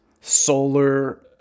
solar